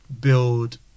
build